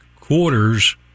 quarters